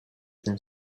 than